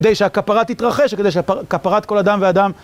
כדי שהכפרה יתרחש, כדי שהכפרת כל אדם ואדם...